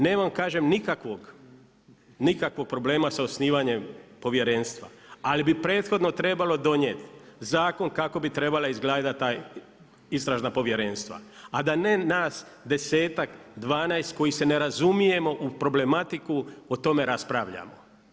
Nemam nikakvog problema sa osnivanjem povjerenstva, ali bi prethodno trebalo donijet zakon kako bi trebala izgledati ta istražna povjerenstva, a da ne nas desetak, dvanaest koji se ne razumijemo u problematiku o tome raspravljamo.